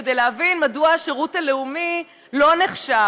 כדי להבין מדוע השירות הלאומי לא נחשב,